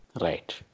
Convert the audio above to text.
Right